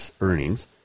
earnings